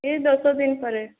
ଏହି ଦଶଦିନ ପରେ